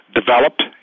developed